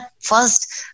first